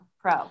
pro